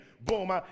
boom